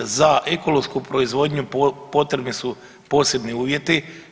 Za ekološku proizvodnju potrebni su posebni uvjeti.